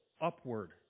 upward